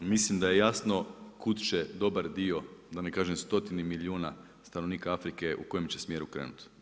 Mislim da je jasno kud će dobar dio, da ne kažem stotine milijuna stanovnika Afrike u kojem će smjeru krenuti.